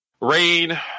Rain